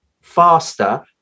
faster